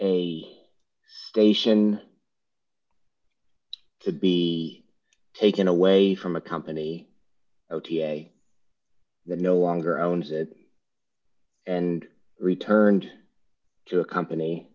a station to be taken away from a company that no longer owns it and returned to accompany